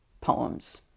poems